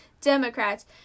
democrats